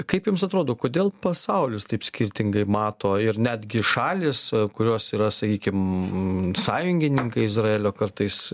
kaip jums atrodo kodėl pasaulis taip skirtingai mato ir netgi šalys kurios yra sakykim sąjungininkai izraelio kartais